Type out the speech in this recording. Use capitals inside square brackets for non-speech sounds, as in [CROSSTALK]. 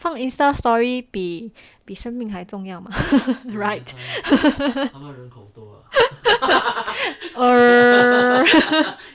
他们 insta story 比比生命还重要嘛 [LAUGHS] err